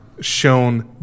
Shown